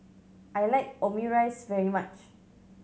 I like Omurice very much